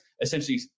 essentially